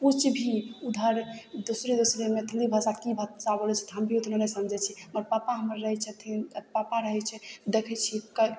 किछु भी उधर दोसरे दोसरे मैथिली भाषा की भाषा बोलय छै हम भी ओतने नहि समझय छियै मगर पप्पा हमर रहय छथिन पापा रहय छै देखय छियै कऽ